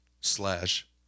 slash